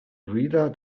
reader